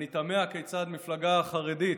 אני תמה כיצד מפלגה חרדית,